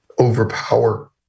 overpower